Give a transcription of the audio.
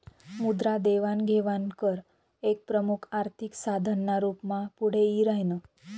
मुद्रा देवाण घेवाण कर एक प्रमुख आर्थिक साधन ना रूप मा पुढे यी राह्यनं